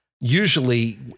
Usually